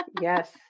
yes